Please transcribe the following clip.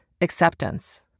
Acceptance